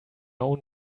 own